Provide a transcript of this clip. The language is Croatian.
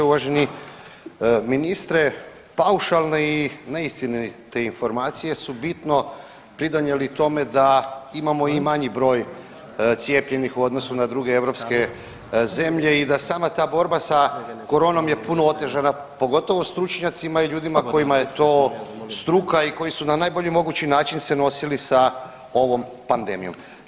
Uvaženi ministre, paušalne i neistinite informacije su bitno pridonijeli tome da imamo i manji broj cijepljenih u odnosu na druge europske zemlje i da sama ta borba sa koronom je puno otežana pogotovo stručnjacima i ljudima kojima je to struka i koji su na najbolji mogući način se nosili sa ovom pandemijom.